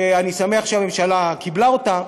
שאני שמח שהממשלה קיבלה אותה,